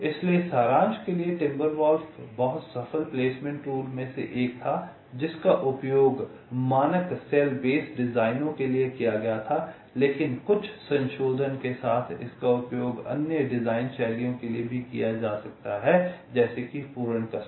इसलिए सारांश के लिए टिम्बरवॉल्फ बहुत सफल प्लेसमेंट टूल में से एक था जिसका उपयोग मानक सेल बेस डिजाइनों के लिए किया गया था लेकिन कुछ संशोधन के साथ इसका उपयोग अन्य डिजाइन शैलियों के लिए भी किया जा सकता है जैसे कि पूर्ण रीति